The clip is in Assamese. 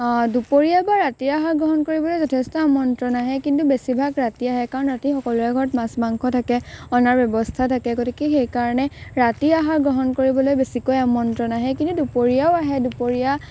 দুপৰীয়া বা ৰাতিৰ আহাৰ গ্ৰহণ কৰিবলৈ যথেষ্ট আমন্ত্ৰণ আহে কিন্তু বেছিভাগ ৰাতি আহে কাৰণ ৰাতি সকলোৰে ঘৰত মাছ মাংস থাকে অনাৰ ব্যৱস্থা থাকে গতিকে সেইকাৰণে ৰাতিৰ আহাৰ গ্ৰহণ কৰিবলৈ বেছিকৈ আমন্ত্ৰণ আহে কিন্তু দুপৰীয়াও আহে দুপৰীয়া